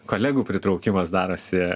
kolegų pritraukimas darosi